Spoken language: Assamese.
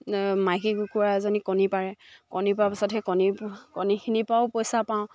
মাইকী কুকুৰা এজনী কণী পাৰে কণী পৰাৰ পিছত সেই কণী কণীখিনিৰ পৰাও পইচা পাওঁ